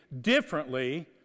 differently